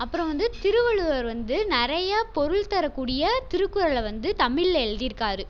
அப்புறம் வந்து திருவள்ளுவர் வந்து நிறைய பொருள் தரக்கூடிய திருக்குறளில் வந்து தமிழில் எழுதிருக்காரு